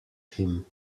him